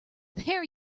there